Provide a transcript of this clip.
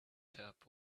top